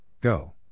Go